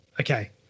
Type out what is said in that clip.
Okay